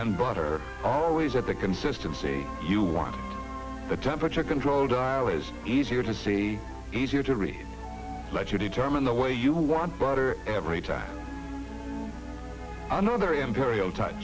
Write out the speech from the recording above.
and butter always at the consistency you want the temperature control dial is easier to say easier to read let you determine the way you want butter every time another imperial t